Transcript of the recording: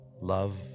love